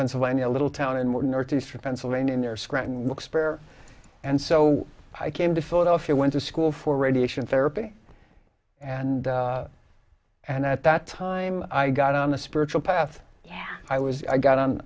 pennsylvania a little town in more northeastern pennsylvania near scranton looks spare and so i came to philadelphia went to school for radiation therapy and and at that time i got on the spiritual path i was i got on